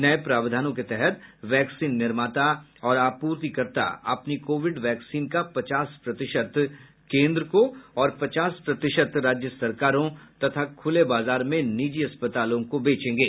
नए प्रावधानों के तहत वैक्सीन निर्माता और आपूर्तिकर्ता अपनी कोविड वैक्सीन का पचास प्रतिशत केन्द्र को और पचास प्रतिशत राज्य सरकारों तथा खुले बाजार में निजी अस्पतालों को बेचेंगे